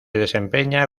desempeña